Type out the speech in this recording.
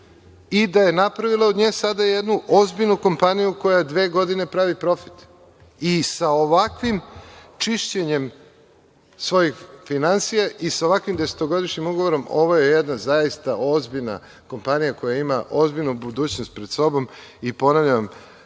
i da je napravila od nje sada jednu ozbiljnu kompaniju koja dve godine pravi profit.I sa ovakvim čišćenjem svojih finansija, i sa ovakvim desetogodišnjim ugovorom ovo je jedna zaista ozbiljna kompanija, koja ima ozbiljnu budućnost pred sobom. Vrlo brzo ćemo